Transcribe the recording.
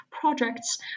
projects